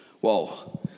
Whoa